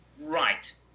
Right